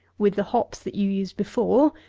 with the hops that you used before,